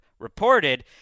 reported